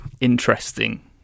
interesting